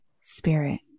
spirit